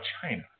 China